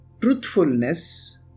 truthfulness